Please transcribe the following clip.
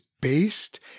based